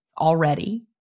already